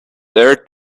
their